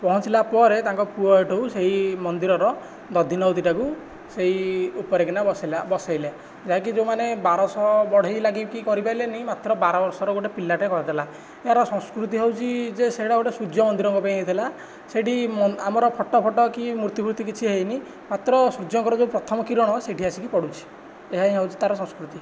ପହଞ୍ଚିଲା ପରେ ତାଙ୍କ ପୁଅ ସେ'ଠୁ ସେହି ମନ୍ଦିରର ଦଧିନଉତିଟାକୁ ସେଇ ଉପରେ କିନା ବସିଲା ବସେଇଲା ବସେଇଲେ ଯାହାକି ଯେଉଁମାନେ ବାରଶହ ବଢ଼େଇ ଲାଗିକି କରିପାରିଲେନି ମାତ୍ର ବାରବର୍ଷର ଗୋଟେ ପିଲାଟେ କରିଦେଲା ଏହାର ସଂସ୍କୃତି ହେଉଛି ଯେ ସେଇଟା ଗୋଟେ ସୂର୍ଯ୍ୟ ମନ୍ଦିରଙ୍କ ପାଇଁ ହୋଇଥିଲା ସେଇଠି ଆମର ଫଟୋ ଫଟୋ କି ମୂର୍ତ୍ତି ଫୁର୍ତ୍ତି କିଛି ହୋଇନାହିଁ ମାତ୍ର ସୂର୍ଯ୍ୟଙ୍କର ଯେଉଁ ପ୍ରଥମ କିରଣ ସେଇଠି ଆସିକି ପଡ଼ୁଛି ଏହା ହି ହେଉଛି ତାର ସଂସ୍କୃତି